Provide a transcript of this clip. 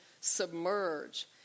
submerge